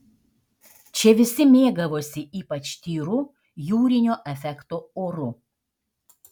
čia visi mėgavosi ypač tyru jūrinio efekto oru